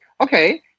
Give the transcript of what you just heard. okay